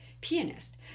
pianist